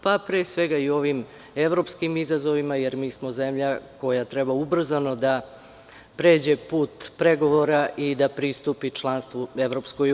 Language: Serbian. Pre svega i ovim evropskim izazovima, jer mi smo zemlja koja treba ubrzano da pređe put pregovora i da pristupi članstvu EU.